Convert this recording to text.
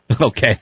Okay